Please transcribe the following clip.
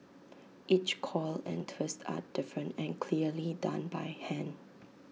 each coil and twist are different and clearly done by hand